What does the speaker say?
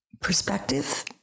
perspective